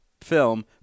film